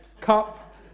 cup